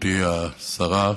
גברתי השרה,